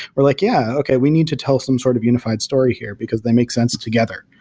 we're like, yeah. okay, we need to tell some sort of unified story here, because they make sense together.